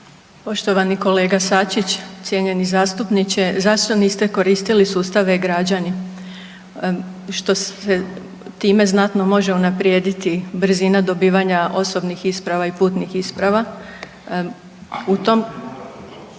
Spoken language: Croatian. Poštovani kolega Sačić, cijenjeni zastupniče zašto niste koristili sustav e-građani što se time znatno može unaprijediti brzina dobivanja osobnih isprava i putnih isprava